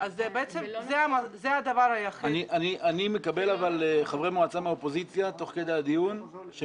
אני מקבל תוך כדי הדיון חברי מועצה מהאופוזיציה שמתחננים,